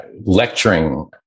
lecturing